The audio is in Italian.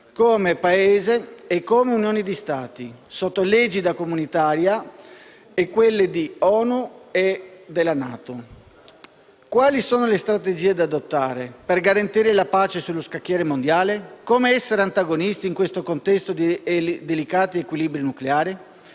come Paese e come unioni di Stati sotto l'egida comunitaria e di ONU e NATO. Quali sono le strategie da adottare per garantire la pace sullo scacchiere mondiale? Come essere antagonisti in questo contesto di delicati equilibri nucleari?